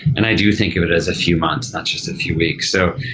and i do think of it as a few months, not just a few weeks. so